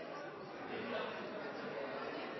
se